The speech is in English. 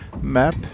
map